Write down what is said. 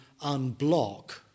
unblock